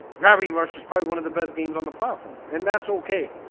gravity rush is probably one of the best games on the platform and that's okay.